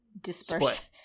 disperse